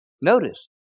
Notice